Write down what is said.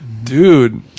dude